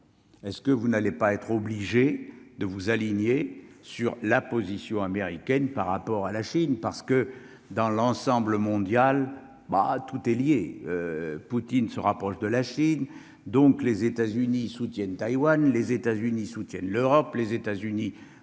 est-ce que vous n'allez pas être obligé de vous aligner sur la position américaine par rapport à la Chine, parce que dans l'ensemble mondial bah tout est lié, Poutine se rapproche de la Chine, donc les États-Unis soutiennent, Taïwan, les États-Unis soutiennent l'Europe, les États-Unis,